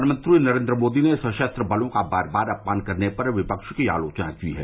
प्रधानमंत्री नरेन्द्र मोदी ने सशस्त्र बलों का बार बार अपमान करने पर विपक्ष की आलोचना की है